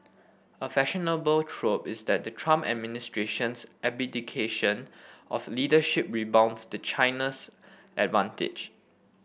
a fashionable trope is that the Trump administration's abdication of leadership rebounds to China's advantage